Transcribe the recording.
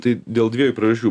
tai dėl dviejų priežasčių